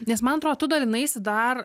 nes man atrodo tu dalinaisi dar